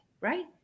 Right